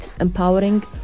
empowering